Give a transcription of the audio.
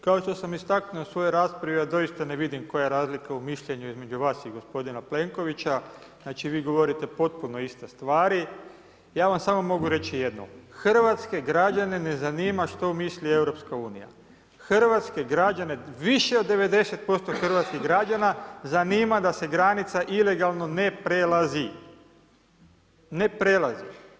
Kao što sam istaknuo u svojoj raspravi a dosita ne vidim koja je razlika u mišljenju između vas i gospodina Plenkovića, znači vi govorite potpuno iste stvari, ja vam samo mogu reći jedno, hrvatske građane ne zanima što misli Europska unija, hrvatske građane, više od 90% hrvatskih građana zanima da se granica ilegalno ne prelazi.